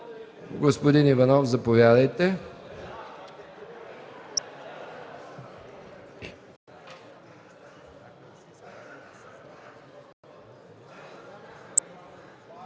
Господин Цветанов, заповядайте